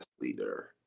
leader